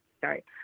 sorry